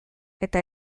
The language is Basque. eta